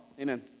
Amen